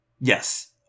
Yes